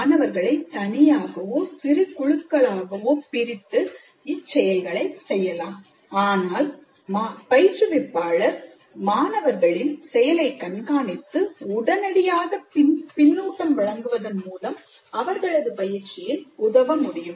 மாணவர்களை தனியாகவோ சிறு குழுக்களாகவும் பிரிந்து இச்செயலைச் செய்யலாம் ஆனால் பயிற்றுவிப்பாளர் மாணவர்களின் செயலை கண்காணித்து உடனடியாக பின்னூட்டம் வழங்குவதன் மூலம் அவர்களது பயிற்சியில் உதவ முடியும்